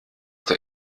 der